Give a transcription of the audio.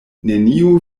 neniu